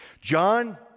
John